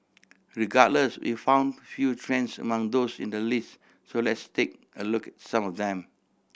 regardless we found few trends among those in the list so let's take a loo some of them